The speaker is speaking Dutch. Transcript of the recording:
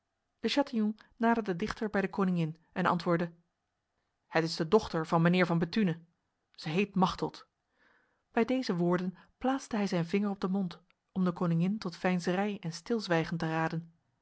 de chatillon naderde dichter bij de koningin en antwoordde het is de dochter van mijnheer van bethune zij heet machteld bij deze woorden plaatste hij zijn vinger op de mond om de koningin tot veinzerij en stilzwijgen te raden